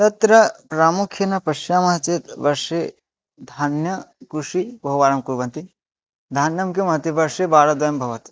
तत्र प्रामुख्येन पश्यामः चेत् वर्षे धान्यकृषिः बहुवारं कुर्वन्ति धान्यं किमति वर्षे वारद्वयं भवति